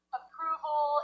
approval